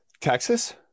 Texas